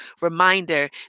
reminder